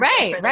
Right